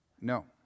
No